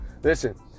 Listen